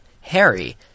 Harry